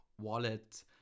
wallet